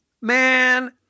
man